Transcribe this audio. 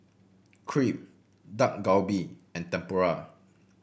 Crepe Dak Galbi and Tempura